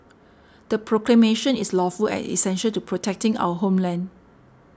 the proclamation is lawful and essential to protecting our homeland